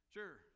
Sure